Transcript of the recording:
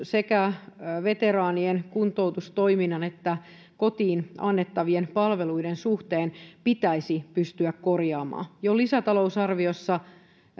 sekä veteraanien kuntoutustoiminnan että kotiin annettavien palveluiden suhteen pitäisi pystyä korjaamaan jo lisätalousarviossa